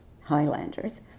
Highlanders